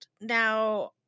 Now